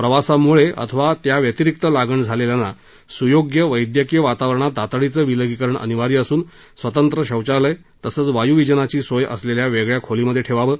प्रवासाम्ळे अथवा त्या व्यतिरिक्त लागण झालेल्यांना स्योग्य वैद्यकीय वातावरणात तातडीचं विलगीकरण अनिवार्य असून स्वतंत्र शौचालय तसचं वायुविजनाची सोय असलेल्या वेगळ्या खोलीमध्ये ठेवावं